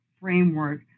framework